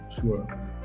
Sure